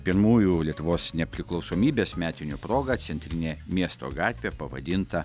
pirmųjų lietuvos nepriklausomybės metinių proga centrinė miesto gatvė pavadinta